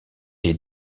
est